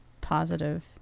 positive